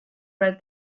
read